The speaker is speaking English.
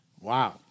Wow